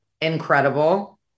incredible